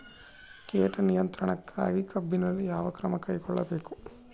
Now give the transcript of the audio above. ಕೇಟ ನಿಯಂತ್ರಣಕ್ಕಾಗಿ ಕಬ್ಬಿನಲ್ಲಿ ಯಾವ ಕ್ರಮ ಕೈಗೊಳ್ಳಬೇಕು?